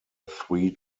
three